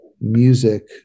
music